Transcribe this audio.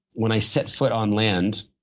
when i set foot on land,